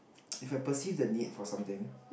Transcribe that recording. if I perceive the need for something